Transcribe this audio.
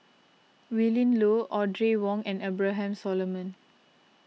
Willin Low Audrey Wong and Abraham Solomon